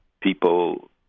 people